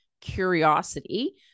curiosity